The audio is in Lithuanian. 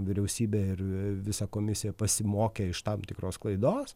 vyriausybė ir visa komisija pasimokė iš tam tikros klaidos